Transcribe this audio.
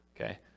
Okay